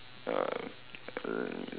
um uh